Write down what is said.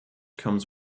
comes